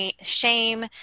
shame